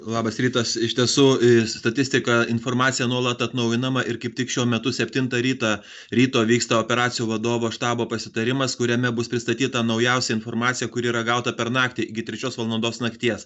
labas rytas iš tiesų statistika informacija nuolat atnaujinama ir kaip tik šiuo metu septintą rytą ryto vyksta operacijų vadovo štabo pasitarimas kuriame bus pristatyta naujausia informacija kuri yra gauta per naktį iki trečios valandos nakties